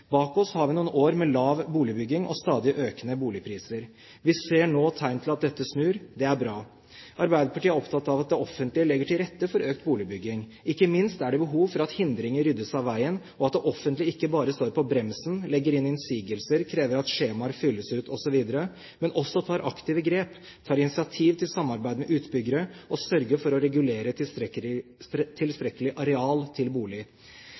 Bak oss har vi noen år med lav boligbygging og stadig økende boligpriser. Vi ser nå tegn til at dette snur. Det er bra. Arbeiderpartiet er opptatt av at det offentlige legger til rette for økt boligbygging. Ikke minst er det behov for at hindringer ryddes av veien, og at det offentlige ikke bare står på bremsen, legger inn innsigelser, krever at skjemaer fylles ut osv., men også tar aktive grep, tar initiativ til samarbeid med utbyggere og sørger for å regulere tilstrekkelig areal til boliger. I tillegg til